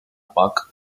park